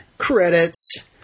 credits